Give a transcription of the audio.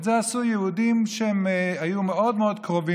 את זה עשו יהודים שהיו מאוד מאוד קרובים